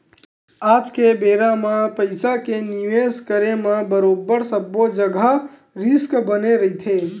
आज के बेरा म पइसा के निवेस करे म बरोबर सब्बो जघा रिस्क बने रहिथे